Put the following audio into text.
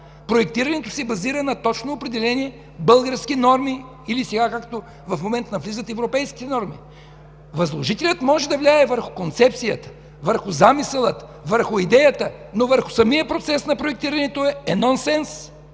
Проектирането се базира на точно определени български норми, или както сега навлизат – европейски норми. Възложителят може да влияе върху концепцията, замисъла, идеята, но върху самия процес на проектирането е нонсенс!